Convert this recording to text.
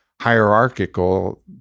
hierarchical